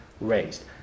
raised